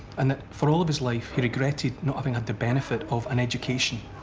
and that for all of his life he regretted not having had the benefit of an education.